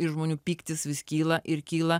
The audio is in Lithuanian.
ir žmonių pyktis vis kyla ir kyla